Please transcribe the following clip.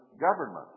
government